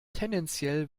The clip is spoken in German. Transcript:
tendenziell